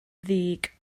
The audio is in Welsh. ddig